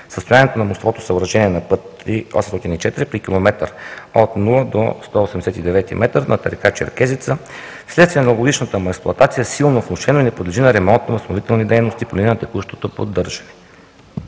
Състоянието на мостовото съоръжение на път ІІІ-804 при км от 0 до 189 м над река Черкезица следствие на многогодишната му експлоатация е силно влошено и не подлежи на ремонтно-възстановителни дейности по линия на текущото поддържане.